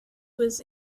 was